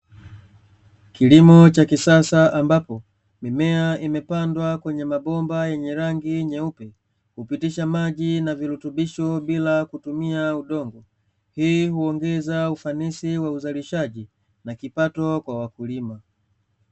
Kilimo cha kisasa ambapo mimea imepandwa kwenye mabomba yenye rangi nyeupe, upitisha maji na virutubisho bila kutumia udongo hii huongeza ufanisi wa uzalishaji na kipato kwa wakulima.